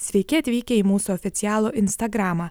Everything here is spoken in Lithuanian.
sveiki atvykę į mūsų oficialų instagramą